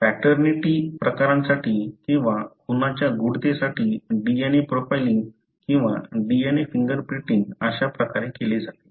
तर पॅटर्निटी प्रकरणांसाठी किंवा खुनाच्या गूढतेसाठी DNA प्रोफाइलिंग किंवा DNA फिंगरप्रिंटिंग अशा प्रकारे केले जाते